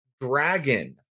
dragon